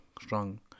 strong